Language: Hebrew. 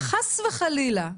חס וחלילה,